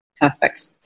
Perfect